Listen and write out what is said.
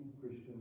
Christian